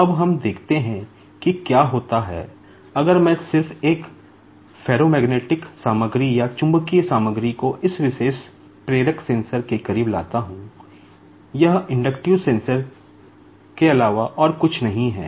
अब हम देखते हैं कि क्या होता है अगर मैं सिर्फ एक फेरोमैग्नेटिक के अलावा और कुछ नहीं है